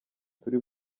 turi